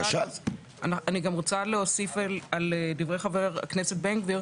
אני גם רוצה להוסיף על דברי חבר הכנסת בן גביר,